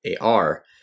AR